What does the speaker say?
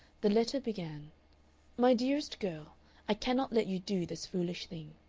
the letter began my dearest girl i cannot let you do this foolish thing